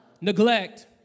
neglect